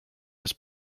his